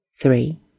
three